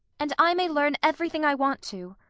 and i may learn everything i want to?